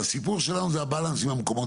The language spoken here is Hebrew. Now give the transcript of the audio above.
הסיפור שלנו זה הבלנס עם המקומות